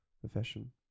profession